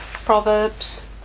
Proverbs